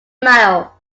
mile